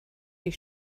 die